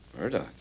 Murdoch